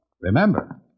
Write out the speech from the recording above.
Remember